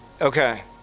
Okay